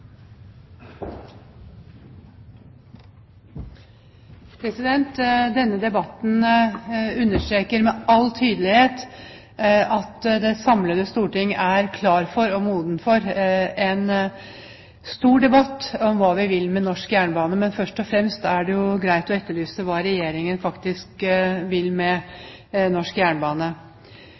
for, modent for en stor debatt om hva vi vil med norsk jernbane. Men først og fremst er det jo greit å etterlyse hva Regjeringen faktisk vil med norsk jernbane.